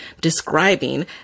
describing